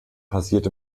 passiert